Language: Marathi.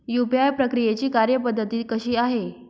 यू.पी.आय प्रक्रियेची कार्यपद्धती कशी आहे?